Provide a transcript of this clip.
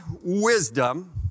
wisdom